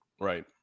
Right